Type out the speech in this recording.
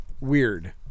Weird